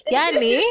Yani